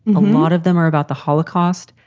a lot of them are about the holocaust.